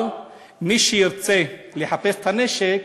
אבל מי שירצה לחפש את הנשק,